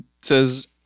says